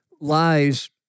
lies